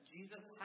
Jesus